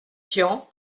tian